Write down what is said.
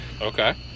Okay